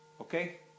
Okay